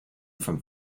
from